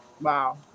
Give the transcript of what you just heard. wow